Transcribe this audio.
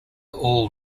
all